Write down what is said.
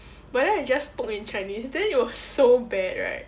but then I just spoke in chinese then it was so bad right